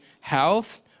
health